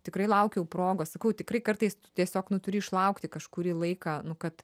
tikrai laukiau progos sakau tikrai kartais tiesiog nu turi išlaukti kažkurį laiką nu kad